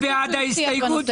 מי בעד קבלת ההסתייגות?